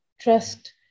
trust